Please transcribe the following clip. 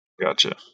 gotcha